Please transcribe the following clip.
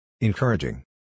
Encouraging